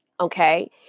Okay